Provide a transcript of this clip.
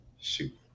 Shoot